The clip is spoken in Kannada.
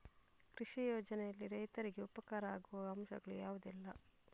ಕೃಷಿ ಯೋಜನೆಯಲ್ಲಿ ರೈತರಿಗೆ ಉಪಕಾರ ಆಗುವ ಅಂಶಗಳು ಯಾವುದೆಲ್ಲ?